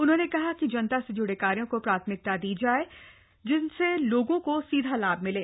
उन्होंने कहा कि जनता से ज्ड़े कार्यो को प्राथमिकता दी जाए जिनसे लोगों को सीधा लाभ मिले